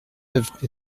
oeuvre